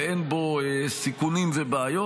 ואין בו סיכונים ובעיות.